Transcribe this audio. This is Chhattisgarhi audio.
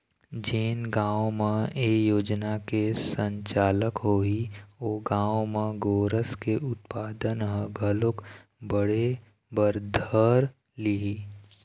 जेन गाँव म ए योजना के संचालन होही ओ गाँव म गोरस के उत्पादन ह घलोक बढ़े बर धर लिही